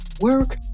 work